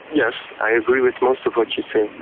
yes, i agree with most of what you say.